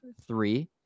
three